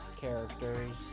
characters